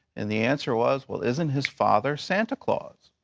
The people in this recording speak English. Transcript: and the answer was, well, isn't his father santa claus?